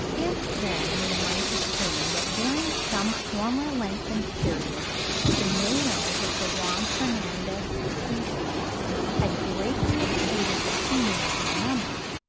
if, then, we might assume that during some former lengthened period the males of the juan fernandez species had greatly exceeded the females in number,